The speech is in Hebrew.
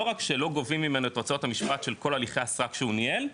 לא רק שלא גובים ממנו את הוצאות המשפט של כל הליכי הסרק שהוא ניהל,